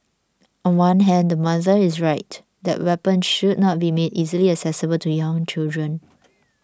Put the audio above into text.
on one hand the mother is right that weapons should not be made easily accessible to young children